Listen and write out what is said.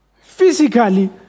Physically